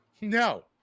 No